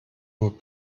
nur